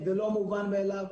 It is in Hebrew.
זה לא מובן מאליו,